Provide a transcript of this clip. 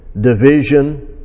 division